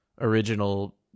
original